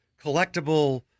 collectible